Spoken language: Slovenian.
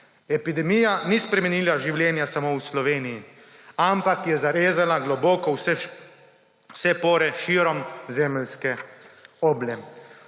Epidemija ni spremenila življenja samo v Sloveniji, ampak je zarezala globoko v vse pore širom zemeljske oble.